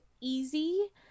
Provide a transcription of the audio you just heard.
easy